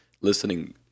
Listening